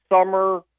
summer